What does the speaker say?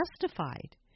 justified